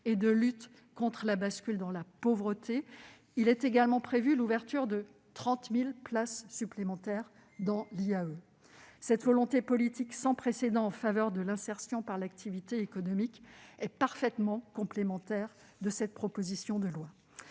et de lutte contre la bascule dans la pauvreté, en date du 24 octobre dernier, est également prévue l'ouverture de 30 000 places supplémentaires dans l'IAE. Cette volonté politique sans précédent en faveur de l'insertion par l'activité économique est parfaitement complémentaire de cette proposition de loi.